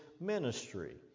ministry